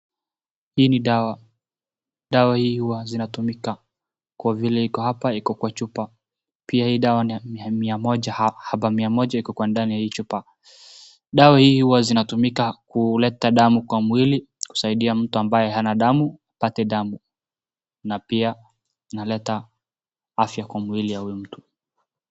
Hii ni dawa, huwa zinatumika kwa vile iko hapa iko kwa chupa pia hii dawa ni ya haba mia moja, hutumika kuleta damu kwa mwili kusaidia kuleta damu na afya nzuri kwa mwili wa mtu.